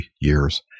years